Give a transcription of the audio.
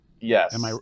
Yes